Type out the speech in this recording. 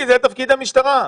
מיקי, זה תפקיד המשטרה.